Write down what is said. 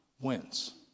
wins